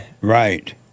right